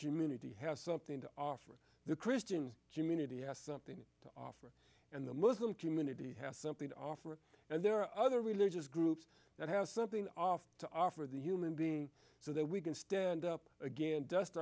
community has something to offer the christians jim unity has something to offer and the muslim community has something to offer and there are other religious groups that has something to offer the human being so that we can stand up again dust